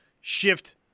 shift